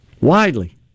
Widely